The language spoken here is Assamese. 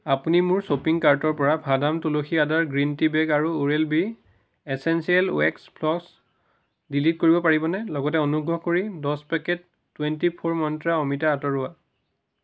আপুনি মোৰ শ্ব'পিং কাৰ্টৰপৰা ভাদাম তুলসী আদাৰ গ্ৰীণ টি বেগ আৰু Oral B essential waxed floss delete কৰিব পাৰিবনে লগতে অনুগ্ৰহ কৰি দহ পেকেট টুৱেণ্টি ফ'ৰ মন্ত্ৰা অমিতা আঁতৰোৱা